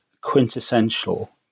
quintessential